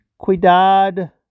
Cuidad